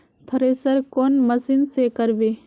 Thresher कौन machine से करबे?